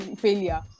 failure